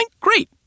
Great